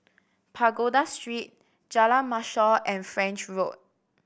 Pagoda Street Jalan Mashor and French Road